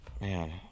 Man